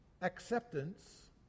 acceptance